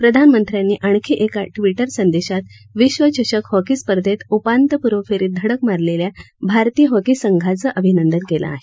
प्रधानमंत्र्यांनी आणखी एका ट्विटर संदेशात विश्वचषक हॉकी स्पर्धेत उपांत्यपूर्व फेरीत धडक मारलेल्या भारतीय हॉकी संघाचं अभिनंदन केलं आहे